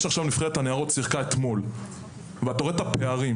אתמול נבחרת הנערות שיחקה ואתה רואה את הפערים